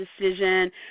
decision